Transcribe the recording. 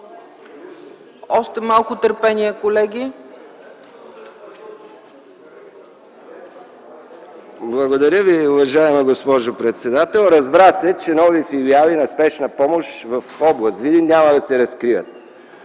Още малко търпение, колеги! МИХАИЛ МИКОВ (КБ): Благодаря Ви, уважаема госпожо председател. Разбра се, че нови филиали на спешна помощ в област Видин няма да се разкрият.